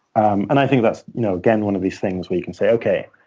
and i think that's you know again one of these things where you can say, okay.